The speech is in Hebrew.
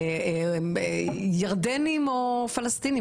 ירדנים או פלסטינים,